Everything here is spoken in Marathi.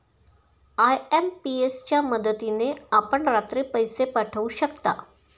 आय.एम.पी.एस च्या मदतीने आपण रात्री पैसे पाठवू शकता